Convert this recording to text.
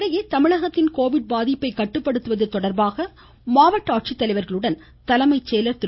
இதனிடையே தமிழகத்தில் கோவிட் பாதிப்பை கட்டுப்படுத்துவது தொடர்பாக மாவட்ட ஆட்சித்தலைவர்களுடன் தலைமைச் செயலர் திரு